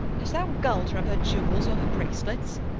hast thou gull'd her of her jewels or her bracelets?